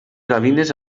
gavines